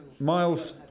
Miles